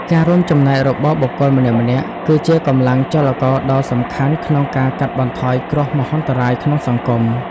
ការរួមចំណែករបស់បុគ្គលម្នាក់ៗ គឺជាកម្លាំងចលករដ៏សំខាន់ក្នុងការកាត់បន្ថយគ្រោះមហន្តរាយក្នុងសង្គម។